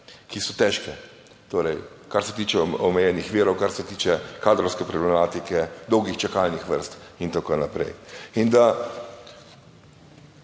ki so težke, torej kar se tiče omejenih virov, kar se tiče kadrovske problematike, dolgih čakalnih vrst in tako naprej.